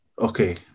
Okay